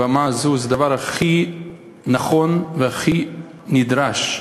הבמה הזאת זה הדבר הכי נכון והכי נדרש.